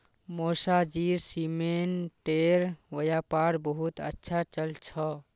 मौसाजीर सीमेंटेर व्यापार बहुत अच्छा चल छ